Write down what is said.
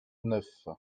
neuf